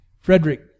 Frederick